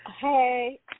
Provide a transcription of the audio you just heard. Hey